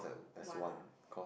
one ah